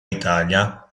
italia